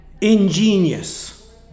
ingenious